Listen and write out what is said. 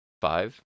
Five